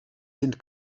sind